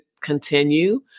continue